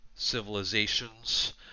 civilizations